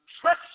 trust